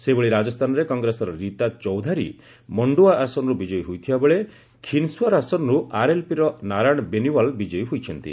ସେହିଭଳି ରାଜସ୍ଥାନରେ କଂଗ୍ରେସର ରୀତା ଚୌଧାରୀ ମଣ୍ଡୁଆ ଆସନରୁ ବିକ୍୍ ୟ ହୋଇଥିବାବେଳେ ଖିନ୍ସୁଆର ଆସନରୁ ଆର୍ଏଲ୍ପିର ନାରାୟଣ ବେନିୱାଲ୍ ବିଜୟୀ ହୋଇଛନ୍ତି